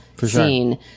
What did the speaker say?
scene